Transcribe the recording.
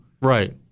Right